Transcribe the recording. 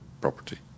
property